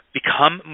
become